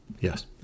Yes